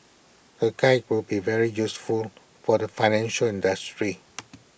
the guide would be very useful for the financial industry